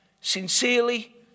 sincerely